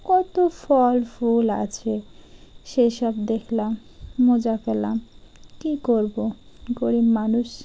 কত ফল ফুল আছে সেসব দেখলাম মজা পেলাম কী করবো গরিব মানুষ